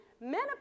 menopause